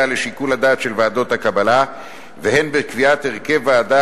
לשיקול הדעת של ועדות הקבלה והן בקביעת הרכב ועדה